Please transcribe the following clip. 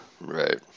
Right